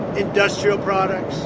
industrial products,